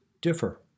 differ